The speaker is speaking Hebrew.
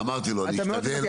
אמרתי לו, אני אשתדל בפגרה.